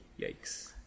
yikes